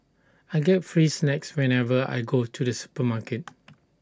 I get free snacks whenever I go to the supermarket